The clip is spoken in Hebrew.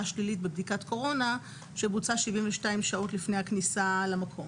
שלילית בבדיקת קורונה שבוצעה 72 שעות לפני הכניסה למקום.